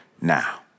now